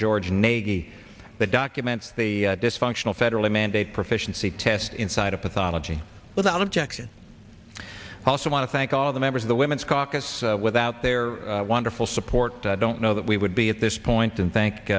george nagy the documents the dysfunctional federally mandated proficiency test inside of pathology without objection i also want to thank all the members of the women's caucus without their wonderful support i don't know that we would be at this point and thank